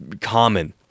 common